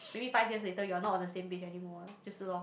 maybe five years you are not on the same page anymore just lor